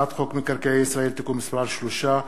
הצעת חוק מקרקעי ישראל (תיקון מס' 3),